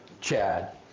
Chad